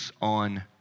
On